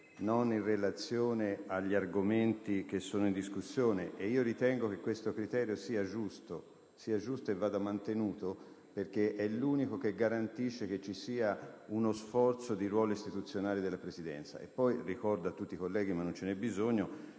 non in relazione agli argomenti in discussione. Ritengo che questo criterio sia giusto e vada mantenuto, perché è l'unico che garantisce che ci sia uno sforzo di ruolo istituzionale della Presidenza. Inoltre, ricordo a tutti i colleghi, anche se non